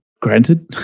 Granted